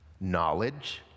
knowledge